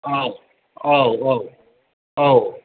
औ औ औ औ